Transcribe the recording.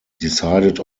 decided